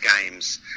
games